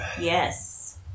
Yes